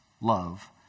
love